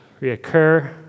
reoccur